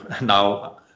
now